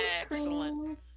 Excellent